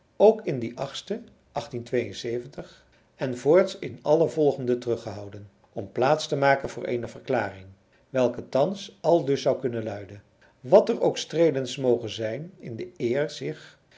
ook in die achtste en voorts in alle volgende teruggehouden om plaats te maken voor eene verklaring welke thans aldus zou kunnen luiden wat er ook streelends moge zijn in de eer zich